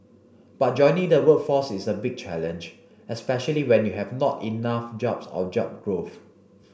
but joining the workforce is a big challenge especially when you have not enough jobs or job growth